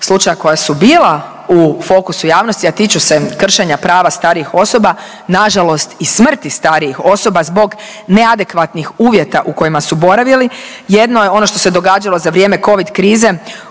slučaja koja su bila u fokusu javnosti a tiču se kršenja prava starijih osoba na žalost i smrti starijih osoba zbog neadekvatnih uvjeta u kojima su boravili jedno je ono što se događalo za vrijeme covid krize